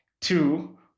two